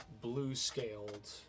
blue-scaled